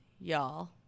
y'all